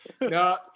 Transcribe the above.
No